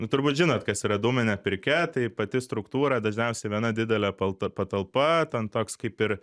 nu turbūt žinot kas yra dūminė pirkia tai pati struktūra dažniausiai viena didelė patalpa ten toks kaip ir